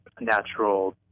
natural